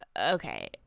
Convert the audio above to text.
okay